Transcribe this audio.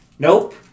Nope